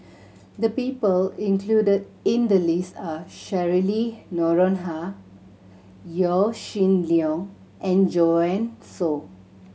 the people included in the list are Cheryl Noronha Yaw Shin Leong and Joanne Soo